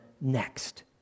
next